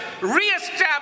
Re-establish